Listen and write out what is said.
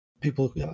People